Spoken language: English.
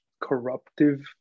corruptive